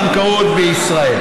בישיבה: